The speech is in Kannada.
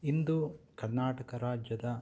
ಇಂದು ಕರ್ನಾಟಕ ರಾಜ್ಯದ